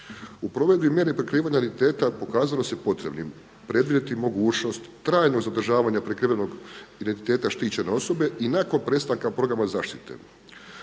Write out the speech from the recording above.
U provedbi mjere prikrivanja identiteta pokazalo se potrebnim predvidjeti mogućnost trajnog zadržavanja prikrivenog identiteta štićene osobe i nakon prestanka programa zaštite.